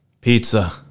Pizza